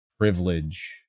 Privilege